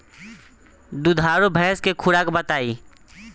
दुधारू भैंस के खुराक बताई?